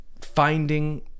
finding